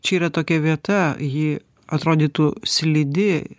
čia yra tokia vieta ji atrodytų slidi